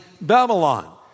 Babylon